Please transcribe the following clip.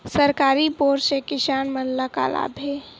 सरकारी बोर से किसान मन ला का लाभ हे?